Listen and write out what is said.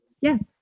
Yes